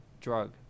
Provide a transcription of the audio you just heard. drug